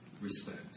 Respect